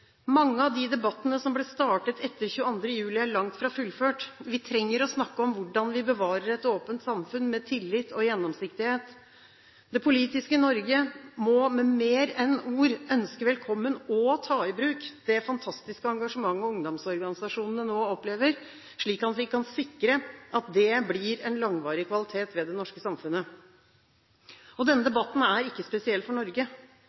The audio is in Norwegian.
av de debattene som ble startet etter 22. juli er langt fra fullført. Vi trenger å snakke om hvordan vi bevarer et åpent samfunn med tillit og gjennomsiktighet.» «Det politiske Norge må med mer enn ord ønske velkommen og ta i bruk det fantastiske engasjementet ungdomsorganisasjonene nå opplever, slik at vi kan sikre at det blir en langvarig kvalitet ved det norske samfunnet.» Denne debatten er ikke spesiell for Norge.